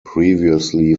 previously